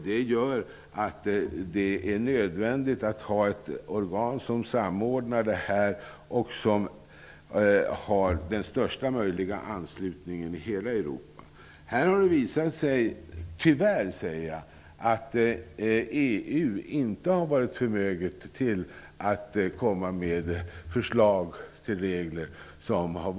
Det gör att det är nödvändigt att det finns ett organ som samordnar de olika sakerna och som har största möjliga anslutning i hela Europa. Tyvärr har det visat sig att EU här inte har varit förmöget att komma med förslag till gynnsamma regler.